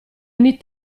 ogni